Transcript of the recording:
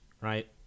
Right